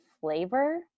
flavor